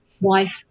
wife